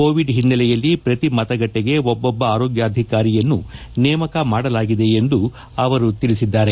Covid ಹಿನ್ನೆಲೆಯಲ್ಲಿ ಪ್ರತಿ ಮತಗಟ್ಟಿಗೆ ಒಬ್ಬೊಬ್ಬ ಆರೋಗ್ಯಾಧಿಕಾರಿಯನ್ನು ನೇಮಕ ಮಾಡಲಾಗಿದೆ ಎಂದು ಅವರು ತಿಳಿಸಿದ್ದಾರೆ